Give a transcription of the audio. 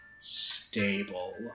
stable